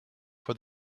for